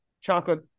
chocolate